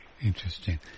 Interesting